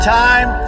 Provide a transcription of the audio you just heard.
time